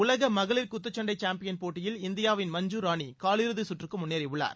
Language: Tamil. உலக மகளிர் குத்துச்சண்டை சாம்பியன்போட்டியில் இந்தியாவின் மஞ்சு ராணி காலிறுதி குற்றுக்கு முன்னேறியுள்ளார்